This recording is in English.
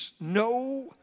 no